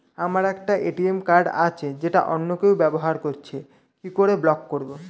আমার একটি credit card আছে যেটা অন্য কেউ ব্যবহার করছে কি করে ব্লক করবো?